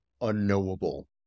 unknowable